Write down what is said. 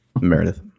Meredith